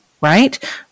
right